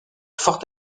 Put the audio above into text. fort